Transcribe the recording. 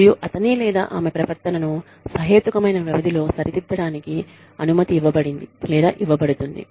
మరియు అతని లేదా ఆమె ప్రవర్తనను సహేతుకమైన వ్యవధిలో సరిదిద్దడానికి అనుమతి ఇవ్వబడింది లేదా ఇవ్వబడుతుంది